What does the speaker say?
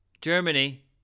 Germany